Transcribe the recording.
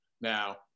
Now